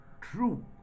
true